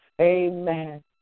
Amen